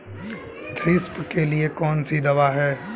Thrips के लिए कौन सी दवा है?